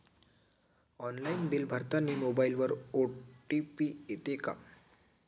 Online bill भरतानी मोबाईलवर OTP येते का?